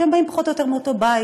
והם באים פחות או יותר מאותו בית.